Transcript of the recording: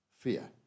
fear